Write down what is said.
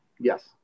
Yes